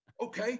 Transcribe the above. Okay